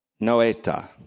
noeta